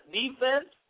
defense